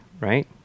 right